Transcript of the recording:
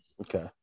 Okay